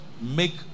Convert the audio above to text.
make